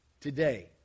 today